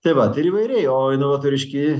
tai va tai ir įvairiai o inovatoriški